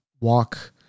walk